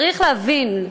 צריך להבין,